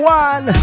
one